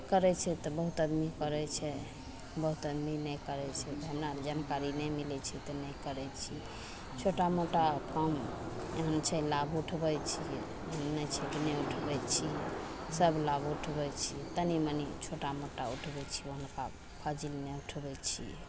करय छै तऽ बहुत आदमी करय छै बहुत आदमी नहि करय छै तऽ हमरा अर जानकारी नहि मिलय छै तऽ नहि करय छियै छोटा मोटा काम एहन छै लाभ उठबय छियै नहि छै कि नहि उठबय छियै सब लाभ उठबय छियै तनी मनी छोटा मोटा उठबय छियै हल्का फाजिल नहि उठबय छियै